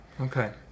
okay